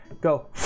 go